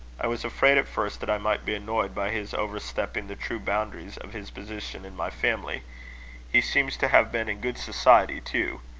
i was afraid at first that i might be annoyed by his overstepping the true boundaries of his position in my family he seems to have been in good society, too.